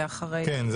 כן,